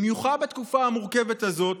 בייחוד בתקופה המורכבת הזאת,